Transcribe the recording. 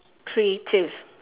creative